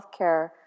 Healthcare